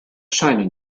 scheine